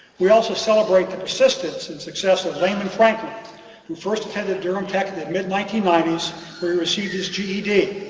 we also celebrate the persistence and success of layman franklin who first attended durham tech in the mid nineteen ninety s where he received his ged